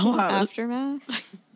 aftermath